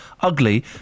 ugly